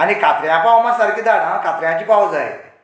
आनी कात्र्यां पाव मात सारके धाड आं कात्र्यांचे पाव जाय